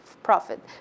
Profit